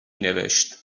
نوشت